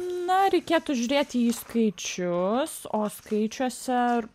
na reikėtų žiūrėti į skaičius o skaičiuose ar